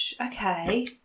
Okay